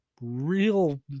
real